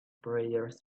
prayers